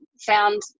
found